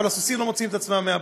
אבל הסוסים לא מוציאים את עצמם מהבוץ.